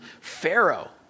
Pharaoh